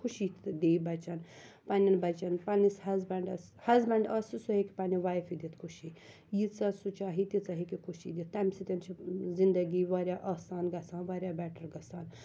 خوشی دِیہِ بَچَن پَننٮ۪ن بَچَن پَننِس ہَسبَنڈَس ہَسبَنٛڈ آسہِ سُہ ہیٚکہِ پَننہِ وایفہِ دِتھ خوشی ییٖژاہ سُہ چاہہِ تیٖژاہ ہیٚکہِ خوشی دِتھ تمہِ سۭتۍ چھِ زِندَگی واریاہ آسان گَژھان واریاہ بیٚٹَر گَژھان